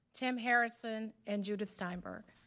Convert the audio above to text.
tim harrison and judith stein burg.